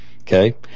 okay